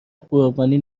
قربانی